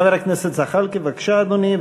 חבר הכנסת זחאלקה, בבקשה, אדוני.